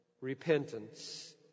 repentance